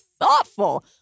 thoughtful